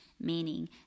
meaning